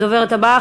הדוברת הבאה,